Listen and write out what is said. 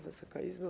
Wysoka Izbo!